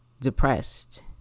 depressed